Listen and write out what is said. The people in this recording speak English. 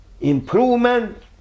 improvement